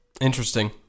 interesting